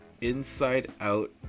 Inside-out